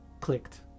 clicked